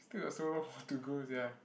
still got so long to go sia